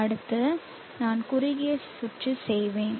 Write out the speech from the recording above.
அடுத்து நான் குறுகிய சுற்று செய்வேன்